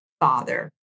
father